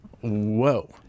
Whoa